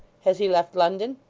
has he left london